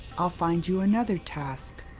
i'll find you another task.